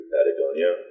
Patagonia